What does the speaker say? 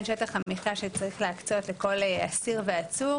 שטח המחיה שצריך להקצות לכל אסיר ועצור